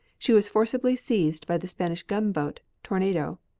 she was forcibly seized by the spanish gunboat tornado,